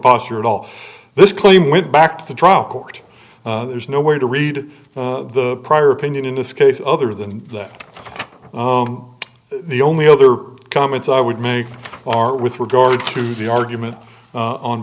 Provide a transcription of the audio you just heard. posture at all this claim went back to the trial court there's no way to read the prior opinion in this case other than that the only other comments i would make are with regard to the argument on